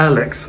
Alex